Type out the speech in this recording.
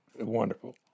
Wonderful